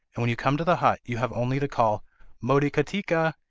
and when you come to the hut you have only to call motikatika!